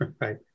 Right